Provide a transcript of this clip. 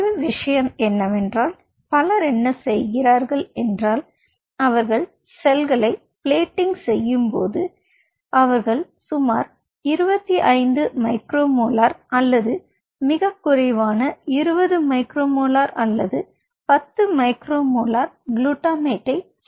ஒரு விஷயம் என்னவென்றால் பலர் என்ன செய்கிறார்கள் என்றால் அவர்கள் செல்களை பிளேட்டிங் செய்யும்போது அவர்கள் சுமார் 25 மைக்ரோமோலார் அல்லது மிகக் குறைவான 20 மைக்ரோ மோலார் அல்லது 10 மைக்ரோ மோலார் குளுட்டமேட்டைச் சேர்க்கிறார்கள்